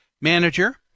manager